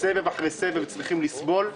סבב אחרי סבב צריכים לסבול.